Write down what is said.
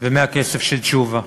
ומהכסף של תשובה,